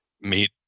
meet